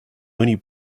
only